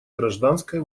гражданской